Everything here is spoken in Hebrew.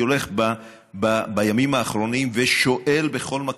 אני הולך בימים האחרונים ושואל בכל מקום,.